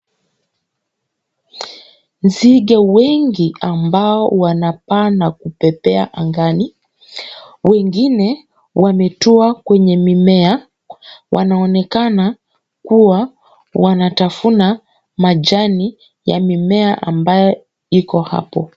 Nzige wengi ambao wanapaa na kupepea angani, wengine wametua kwenye mimea. Wanaonekana kuwa wanatafuna majani, ya mimea ambayo iko hapo.